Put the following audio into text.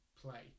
play